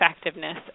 effectiveness